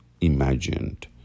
imagined